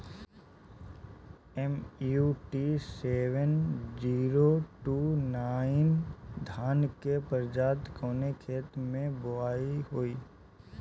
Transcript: MUT seven zero two nine धान के प्रजाति कवने खेत मै बोआई होई?